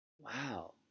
Wow